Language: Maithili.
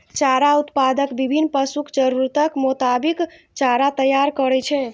चारा उत्पादक विभिन्न पशुक जरूरतक मोताबिक चारा तैयार करै छै